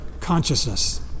consciousness